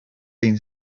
been